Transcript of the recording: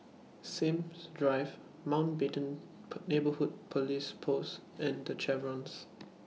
Sims Drive Mountbatten Neighbourhood Police Post and The Chevrons